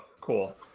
cool